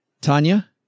Tanya